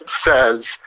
says